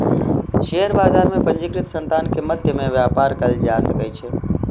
share बजार में पंजीकृत संतान के मध्य में व्यापार कयल जा सकै छै